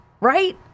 right